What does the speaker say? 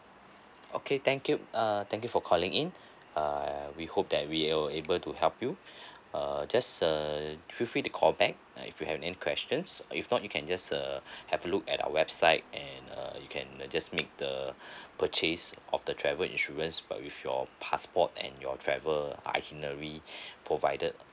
okay thank you err thank you for calling in err we hope that we were able to help you err just err feel free to call back uh if you have any questions or if not you can just uh have a look at our website and uh you can uh just make the purchase of the travel insurance but with your passport and your travel itinerary provided